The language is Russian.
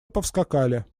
повскакали